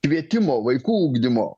kvietimo vaikų ugdymo